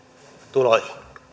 tuloja